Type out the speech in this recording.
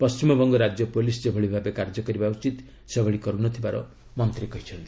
ପଶ୍ଚିମବଙ୍ଗ ରାଜ୍ୟ ପୁଲିସ୍ ଯେଭଳି ଭାବେ କାର୍ଯ୍ୟ କରିବା ଉଚିତ ସେଭଳି କରୁନଥିବାର ମନ୍ତ୍ରୀ କହିଛନ୍ତି